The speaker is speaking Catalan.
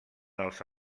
els